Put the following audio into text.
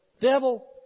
devil